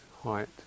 height